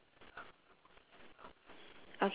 yup